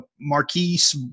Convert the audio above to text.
Marquise